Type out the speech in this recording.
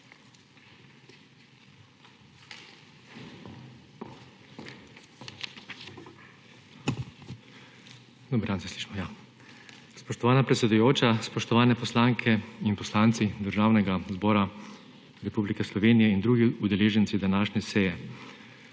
MAG. PETER GERŠAK: Spoštovana predsedujoča, spoštovane poslanke in poslanci Državnega zbora Republike Slovenije in drugi udeleženci današnje seje!